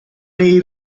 nei